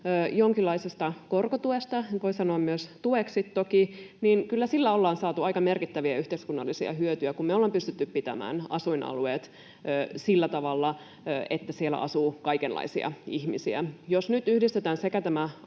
jonkinlaisesta korkotuesta — voi sanoa myös tueksi toki — niin kyllä sillä ollaan saatu aika merkittäviä yhteiskunnallisia hyötyjä, kun me ollaan pystytty pitämään asuinalueet sillä tavalla, että siellä asuu kaikenlaisia ihmisiä. Jos nyt yhdistetään tämä